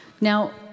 Now